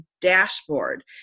dashboard